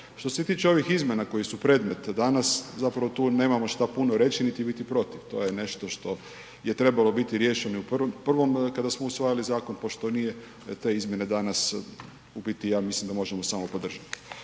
Što se tiče ovih izmjena koje su predmet danas zapravo tu nemamo šta puno reći niti biti protiv, to je nešto što je trebalo biti riješeno i u prvom kada smo usvajali zakon, pošto nije te izmjene danas u biti ja mislim da možemo samo podržati.